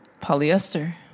polyester